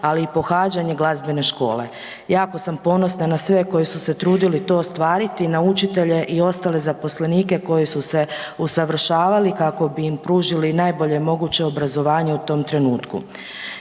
ali i pohađanje glazbene škole. Jako sam ponosna na sve koji su se trudili to ostvariti, na učitelje i ostale zaposlenike koji su se usavršavali kako bi im pružili najbolje moguće obrazovanje u tom trenutku.